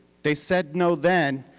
they said no then,